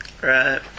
Right